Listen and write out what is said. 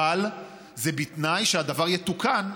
אבל זה בתנאי שהדבר יתוקן.